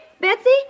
Betsy